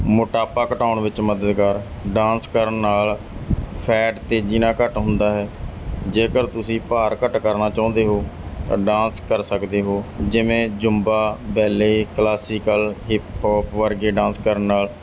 ਮੋਟਾਪਾ ਘਟਾਉਣ ਵਿੱਚ ਮਦਦਗਾਰ ਡਾਂਸ ਕਰਨ ਨਾਲ ਫੈਟ ਤੇਜ਼ੀ ਨਾਲ ਘੱਟ ਹੁੰਦਾ ਹੈ ਜੇਕਰ ਤੁਸੀਂ ਭਾਰ ਘੱਟ ਕਰਨਾ ਚਾਹੁੰਦੇ ਹੋ ਤਾਂ ਡਾਂਸ ਕਰ ਸਕਦੇ ਹੋ ਜਿਵੇਂ Zumba ballet classical hip hop ਵਰਗੇ ਡਾਂਸ ਕਰਨ ਨਾਲ